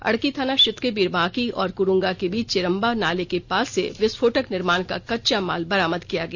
अड़की थाना क्षेत्र के बिरबांकी और कुरूंगा के बीच चेरम्बा नाले के पास से विस्फोटक निर्माण का कच्चा माल बरामद किया गया